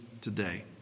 today